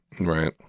Right